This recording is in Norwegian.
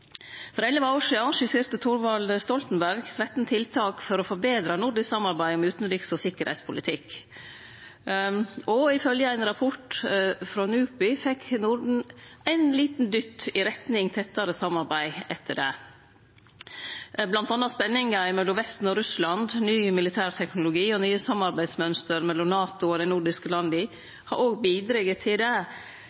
For 11 år sidan skisserte Thorvald Stoltenberg 13 tiltak for å forbetre nordisk samarbeid om utanriks- og sikkerheitspolitikk. Ifølgje ein rapport frå NUPI fekk Norden ein liten dytt i retning tettare samarbeid etter det. Mellom anna har spenninga mellom Vesten og Russland, ny militær teknologi og nye samarbeidsmønstre mellom NATO og dei nordiske landa